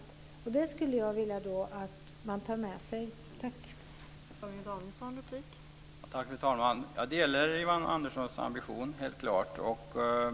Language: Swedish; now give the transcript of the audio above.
Det skulle jag vilja att man tar med sig.